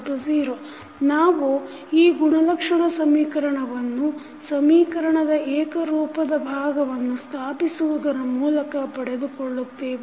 a1sa00 ನಾವು ಈ ಗುಣಲಕ್ಷಣ ಸಮೀಕರಣವನ್ನು ಸಮೀಕರಣದ ಏಕರೂಪದ ಭಾಗವನ್ನು ಸ್ಥಾಪಿಸುವುದರ ಮೂಲಕ ಪಡೆದುಕೊಳ್ಳುತ್ತೇವೆ